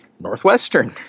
northwestern